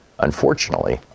unfortunately